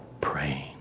praying